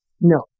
No